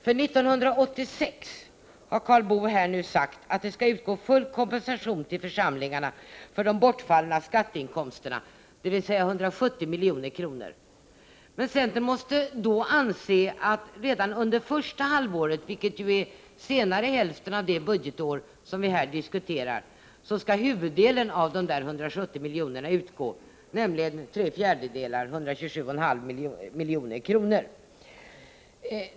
För 1986 har Karl Boo sagt att det skall utgå full kompensation till församlingarna för de skatteinkomster som bortfaller, dvs. 170 milj.kr. Men centern måste då anse att redan under första halvåret — vilket är senare hälften av det budgetår som vi här diskuterar — skall huvuddelen av de 170 miljonerna utgå, nämligen tre fjärdedelar, 127,5 milj.kr.